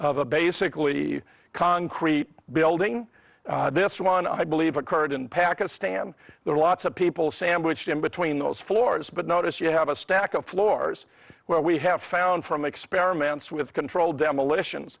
of a basically concrete building this one i believe occurred in pakistan there are lots of people sandwiched in between those floors but notice you have a stack of floors where we have found from experiments with controlled demolition